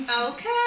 okay